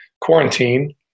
quarantine